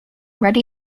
ready